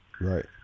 Right